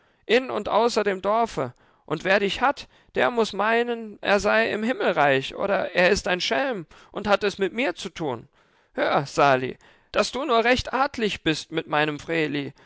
in und außer dem dorfe und wer dich hat der muß meinen er sei im himmelreich oder er ist ein schelm und hat es mit mir zu tun hör sali daß du nur recht artlich bist mit meinem vreeli